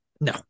No